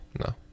no